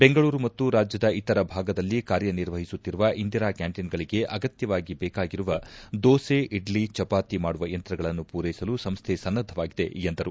ಬೆಂಗಳೂರು ಮತ್ತು ರಾಜ್ಯದ ಇತರ ಭಾಗದಲ್ಲಿ ಕಾರ್ಯನಿರ್ವಹಿಸುತ್ತಿರುವ ಇಂದಿರಾ ಕ್ಕಾಂಟೀನ್ಗಳಿಗೆ ಅಗತ್ಯವಾಗಿ ಬೇಕಾಗಿರುವ ದೋಸೆ ಇಡ್ಲಿ ಚಪಾತಿ ಮಾಡುವ ಯಂತ್ರಗಳನ್ನು ಮೂರೈಸಲು ಸಂಸ್ಥೆ ಸನ್ನದ್ಧವಾಗಿದೆ ಎಂದರು